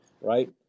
right